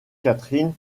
katherine